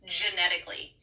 genetically